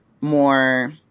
more